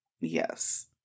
Yes